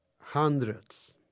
hundreds